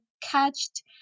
catched